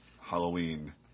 Halloween